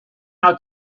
how